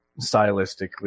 stylistically